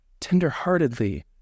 tenderheartedly